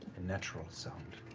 natural sound.